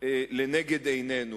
לנגד עינינו,